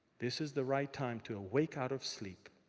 this is the right time to awake, out of sleep.